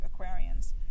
Aquarians